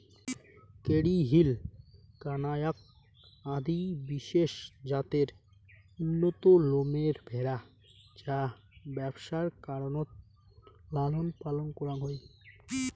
Kerry Hill, কানায়াক আদি বিশেষ জাতের উন্নত লোমের ভ্যাড়া যা ব্যবসার কারণত লালনপালন করাং হই